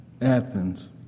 Athens